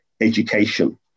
education